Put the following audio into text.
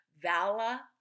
Vala